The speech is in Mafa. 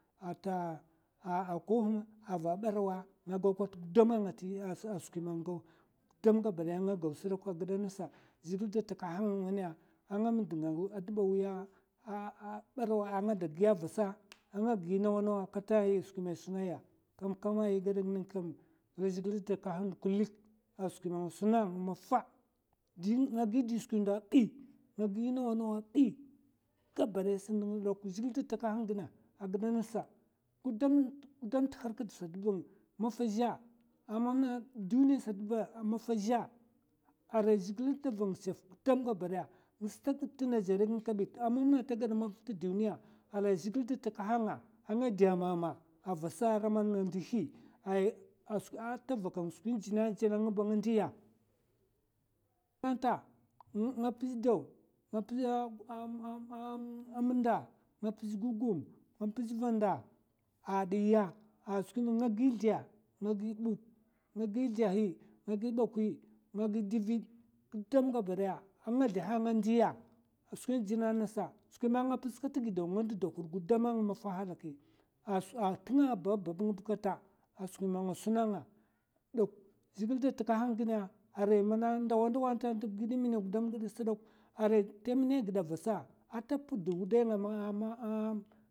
Ata a koghum, ava barawa nga kat gudam ngati a skwi man nga gaw. dudam gabadaya nga gaw sdok a gida nasa zhègil da takahang mènè a nga md dba wiya ah a barawa nga da giya vasa, a nga da gi nawa nawa katay skwi man è suna ya kamkam ayi gad kin kam wai zhègil da takahan kilèk a skwi ma nga suna ng mafa'a. din nga gi di skwi ndo a'bi, nga gi nawa nawa a'bi, gabadaya sdok, zhègilè da takahan gina a gida nasa. gudam t'harkad sat bng mafa zhè a mamna duni sat ba maf zhè arai zhègil da vang shafa gudam gabadaya ng stad ta nèjèri gin kabi a mam na man mafa ta gad tgid duniya, arai zhègil da takaha nga a nga dè mama a vasa ara mana ndihi ay ata vakang skwin jina jina ba nga ndiya. katan ta nga pzè daw, nga pzè a m'nda, nga pzè gugum, nga pzè vanda. a diya a skwi ma gi slɗ nga gi buk, nga gi slɗhi, nga gi bokwi. nga gi divid, gudam gabadaya a nga zlèhè nga ndiya skwin gina nasa. skwi man nga mpz ka tè gidaw nga ndda hud gudam ang mafa halaki a tnga ba babb ng ba kata a skwi ma nga suna nga. zhègilè da takahan gina arai ndawa ndawa tant gid nmina gudam sat dok, arai ta mina gida vasa ata pd wadai nga